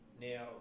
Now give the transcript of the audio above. Now